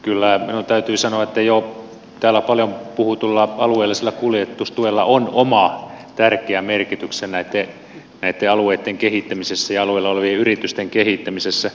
kyllä minun täytyy sanoa että jo täällä paljon puhutulla alueellisella kuljetustuella on oma tärkeä merkityksensä näitten alueitten kehittämisessä ja alueilla olevien yritysten kehittämisessä